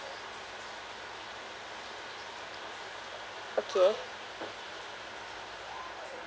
okay